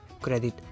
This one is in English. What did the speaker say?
credit